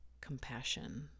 compassion